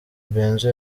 benzo